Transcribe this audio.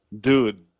Dude